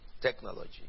technology